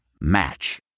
Match